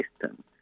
system